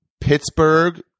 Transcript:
Pittsburgh